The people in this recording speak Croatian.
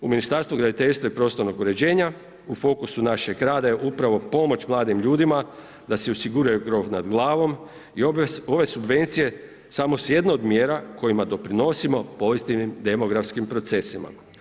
U Ministarstvu graditeljstva i prostornog uređenja u fokusu našeg rada je upravo pomoć mladim ljudima da si osiguraju krov nad glavom i ove subvencije samo su jedne od mjera kojima doprinosimo povijesnim demografskim procesima.